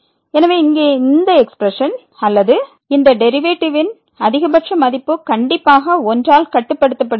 எனவே இங்கே இந்த எக்ஸ்பிரஷன் அல்லது இந்த டெரிவேட்டிவின் அதிகபட்ச மதிப்பு கண்டிப்பாக 1 ஆல் கட்டுப்படுத்தப்படுகிறது